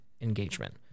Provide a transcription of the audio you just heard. engagement